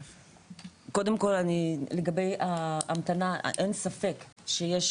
קודם כל אני לגבי ההמתנה, אין ספק שיש